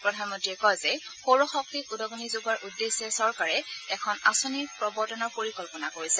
প্ৰধানমন্ত্ৰীয়ে কয় যে সৌৰ শক্তিক উদাণি যোগোৱাৰ উদ্দেশ্যে চৰকাৰে এখন আঁচনি প্ৰৱৰ্তনৰ পৰিকল্পনা কৰিছে